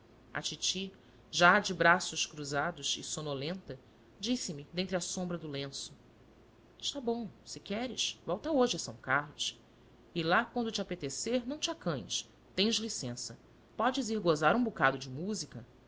a titi já de braços cruzados e sonolenta disse-me dentre a sombra do lenço está bom se queres volta hoje a são carlos e lá quando te apetecer não te acanhes tens licença podes ir gozar um bocado de música